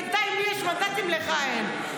בינתיים לי יש מנדטים ולך אין.